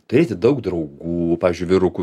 turėti daug draugų pavyzdžiui vyrukų